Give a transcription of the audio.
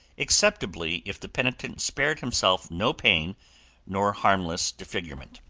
acceptably if the penitent spared himself no pain nor harmless disfigurement.